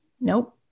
Nope